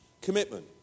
commitment